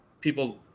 people